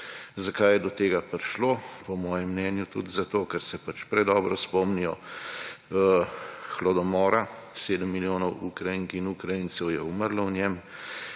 Zakaj je do tega prišlo? Po mojem mnenju tudi zato, ker se pač predobro spomnijo hlodomora 7 milijonov Ukrajink in Ukrajincev je umrlo v njem